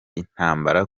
intambara